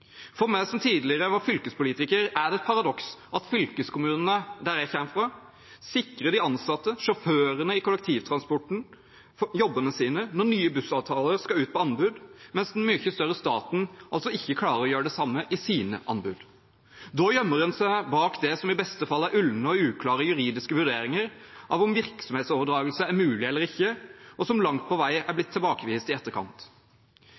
For meg som tidligere var fylkespolitiker, er det et paradoks at fylkeskommunene der jeg kommer fra, sikrer jobbene til sjåførene i kollektivtransporten når nye bussavtaler skal ut på anbud, mens den mye større staten ikke klarer å gjøre det samme i sine anbud. Da gjemmer man seg bak det som i beste fall er ulne og uklare juridiske vurderinger av om virksomhetsoverdragelse er mulig eller ikke, og som langt på vei er blitt tilbakevist i etterkant.